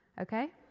okay